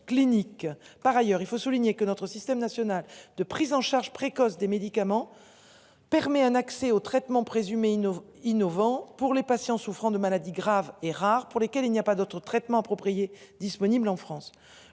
Par ailleurs, il faut souligner que notre système national de prise en charge précoce des médicaments. Permet un accès aux traitements présumés innocents innovants pour les patients souffrant de maladies graves et rares pour lesquelles il n'y a pas d'autre traitement approprié disponible en France